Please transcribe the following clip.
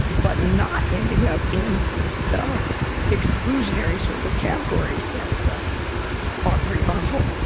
but not ending up in the exclusionary sorts of categories that are pretty harmful.